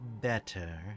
better